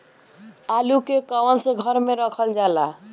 आलू के कवन से घर मे रखल जाला?